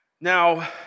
Now